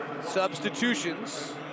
Substitutions